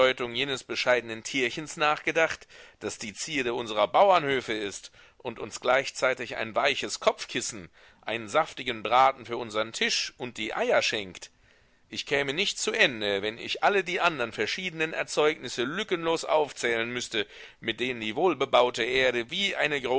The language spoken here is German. jenes bescheidenen tierchens nachgedacht das die zierde unserer bauernhöfe ist und uns gleichzeitig ein weiches kopfkissen einen saftigen braten für unsern tisch und die eier schenkt ich käme nicht zu ende wenn ich alle die andern verschiedenen erzeugnisse lückenlos aufzählen müßte mit denen die wohlbebaute erde wie eine